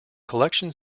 collection